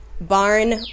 barn